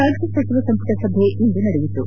ರಾಜ್ಞ ಸಚಿವ ಸಂಪುಟ ಸಭೆ ಇಂದು ನಡೆಯಿತು